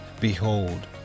behold